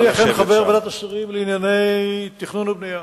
אני אכן חבר ועדת השרים לענייני תכנון ובנייה,